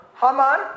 Haman